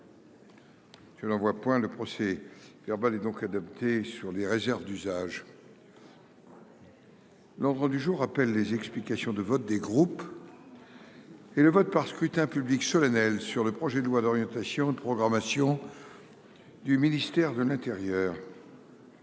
Je n'en vois point le procès verbal est donc adopté sur les réserves d'usage. L'ordre du jour appelle les explications de vote des groupes et le vote par scrutin public solennel sur le projet de loi d'orientation et de programmation du ministère de l'Intérieur.